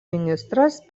ministras